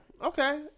Okay